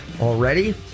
already